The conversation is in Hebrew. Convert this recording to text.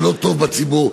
בציבור,